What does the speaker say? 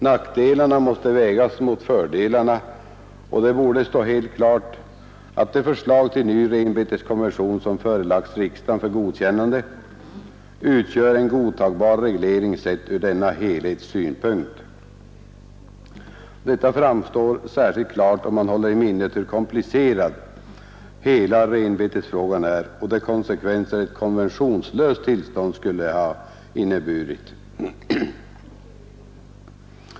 Nackdelarna måste vägas mot fördelarna och det borde stå helt klart att det förslag till ny renbeteskonvention som förelagts riksdagen för godkännande utgör en godtagbar reglering sett ur denna helhetssynpunkt. Detta framstår särskilt klart om man håller i minnet hur komplicerad hela renbetesfrågan är och de konsekvenser ett konventionslöst tillstånd skulle ha inneburit.